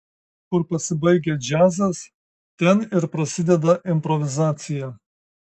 kur pasibaigia džiazas ten ir prasideda improvizacija